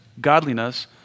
godliness